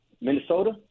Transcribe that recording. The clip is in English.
Minnesota